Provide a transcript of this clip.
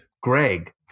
Greg